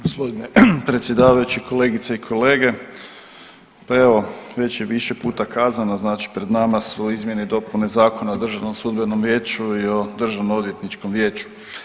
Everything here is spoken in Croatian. Gospodine predsjedavajući, kolegice i kolege pa evo već je više puta kazano, znači pred nama su izmjene i dopune Zakona o Državnom sudbenom vijeću i o Državno-odvjetničkom vijeću.